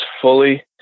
fully